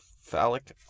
Phallic